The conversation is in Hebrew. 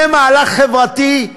זה מהלך חברתי?